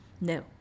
no